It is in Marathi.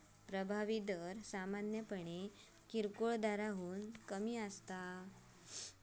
प्रभावी दर सामान्यपणे किरकोळ दराहून कमी असता